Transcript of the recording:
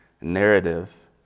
narrative